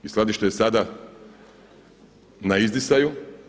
I skladište je sada na izdisaju.